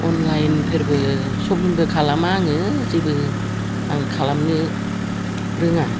अनलाइनफोरबो शफिंबो खालामा आङो जेबो आं खालामनो रोङा